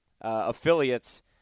affiliates